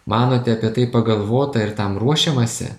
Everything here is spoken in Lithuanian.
manote apie tai pagalvota ir tam ruošiamasi